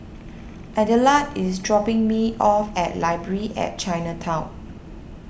Adelard is dropping me off at Library at Chinatown